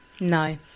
no